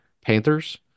Panthers